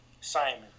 Simon